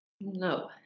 No